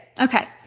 Okay